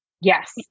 Yes